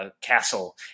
castle